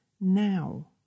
now